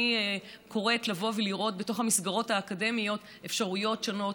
אני קוראת לבוא ולראות בתוך המסגרות האקדמיות אפשרויות שונות,